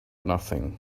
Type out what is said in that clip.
nothing